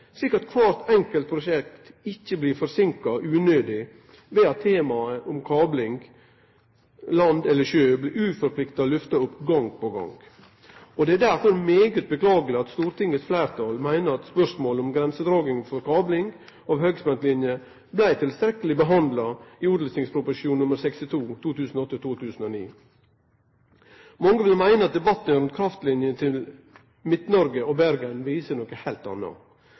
slik at kvart prosjekt ikkje blir unødig forseinka ved at temaet om kabling – land eller sjø – blir uforpliktande lyfta opp gong etter gong. Det er derfor veldig beklageleg at fleirtalet i Stortinget meiner at spørsmålet om grensedraging for kabling av høgspentlinje blei tilstrekkeleg behandla i samband med Ot.prp. nr. 62 for 2008–2009. Mange vil meine at debatten om kraftlinje til Midt-Noreg og Bergen viser noko heilt anna.